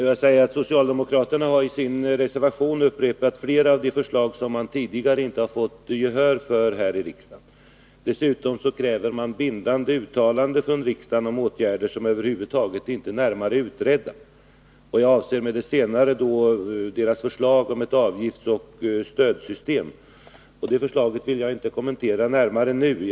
Herr talman! Socialdemokraterna har i sin reservation upprepat flera av de förslag som man tidigare inte har fått gehör för i riksdagen. Dessutom kräver de bindande uttalanden från riksdagen om åtgärder som över huvud taget ännu inte är utredda. Med det senare avser jag deras förslag om ett avgiftsoch stödsystem. Det förslaget vill jag inte nu närmare kommentera.